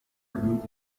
sometimes